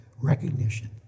recognition